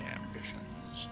ambitions